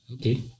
Okay